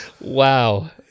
Wow